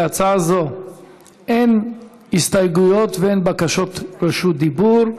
להצעה זו אין הסתייגויות ואין בקשות רשות דיבור.